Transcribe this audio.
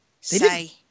say